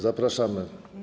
Zapraszamy.